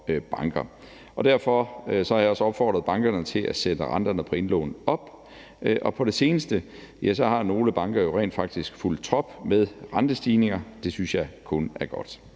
banker. Derfor har jeg også opfordret bankerne til at sætte renterne på indlån op. På det seneste har nogle banker jo rent faktisk fulgt trop med rentestigninger. Det synes jeg kun er godt.